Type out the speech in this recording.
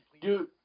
Dude